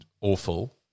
awful